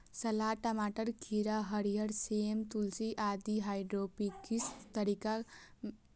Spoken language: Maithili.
सलाद, टमाटर, खीरा, हरियर सेम, तुलसी आदि हाइड्रोपोनिक्स तरीका सं उगाएल जा सकैए